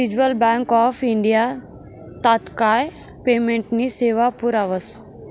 reserve bank of India तात्काय पेमेंटनी सेवा पुरावस